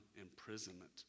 imprisonment